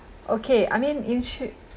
okay I mean you should